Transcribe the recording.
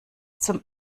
zum